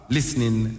Listening